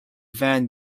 van